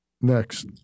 Next